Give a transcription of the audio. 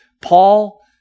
Paul